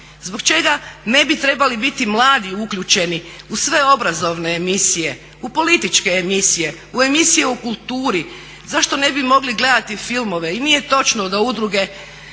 Zbog čega ne bi trebali biti mladi uključeni u sve obrazovne emisije, u političke emisije, u emisije o kulturi, zašto ne bi mogli gledati filmove? I nije točno da udruge